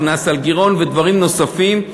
קנס על גירעון ודברים נוספים.